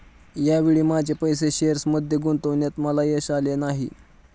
या वेळी माझे पैसे शेअर्समध्ये गुंतवण्यात मला यश आले नाही